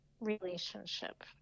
relationship